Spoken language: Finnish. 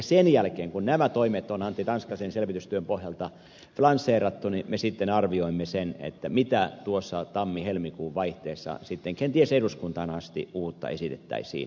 sen jälkeen kun nämä toimet on antti tanskasen selvitystyön pohjalta lanseerattu me sitten arvioimme sen mitä tuossa tammihelmikuun vaihteessa sitten kenties eduskuntaan asti uutta esitettäisiin